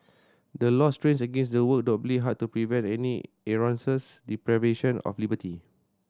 the law strains against and works doubly hard to prevent any erroneous deprivation of liberty